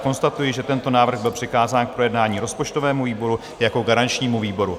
Konstatuji, že tento návrh byl přikázán k projednání rozpočtovému výboru jako garančnímu výboru.